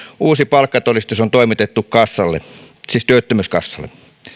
uusi palkkatodistus on toimitettu työttömyyskassalle